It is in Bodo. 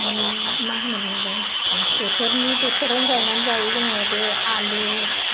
मै मा होनो मोनलाय बोथोरनि बोथोरावनो गायनानै जायो जोङो बे आलु